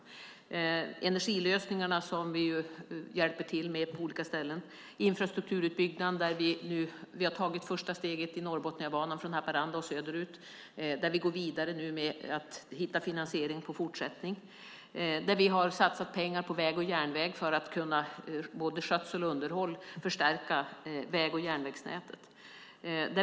Det är energilösningarna som vi hjälper till med på olika ställen. Det är infrastrukturutbyggnaden, där vi har tagit första steget till Norrbotniabanan från Haparanda och söderut och där vi nu går vidare med att hitta finansiering för fortsättningen. Vi har satsat pengar på väg och järnväg till både skötsel och underhåll för att förstärka väg och järnvägsnätet.